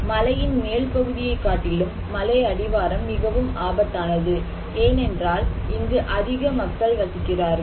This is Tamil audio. மலையின் மேல்பகுதியை காட்டிலும் மலை அடிவாரம் மிகவும் ஆபத்தானது ஏனென்றால் இங்கு அதிக மக்கள் வசிக்கிறார்கள்